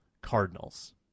Cardinals